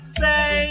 say